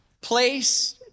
place